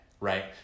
Right